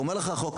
אומר לך החוק,